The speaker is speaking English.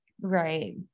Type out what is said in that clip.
right